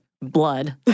blood